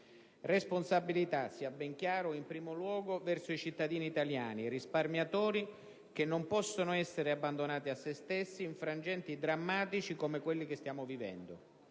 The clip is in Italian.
Responsabilità, sia ben chiaro, in primo luogo verso i cittadini italiani risparmiatori, che non possono essere abbandonati a se stessi in frangenti drammatici come quelli che stiamo vivendo;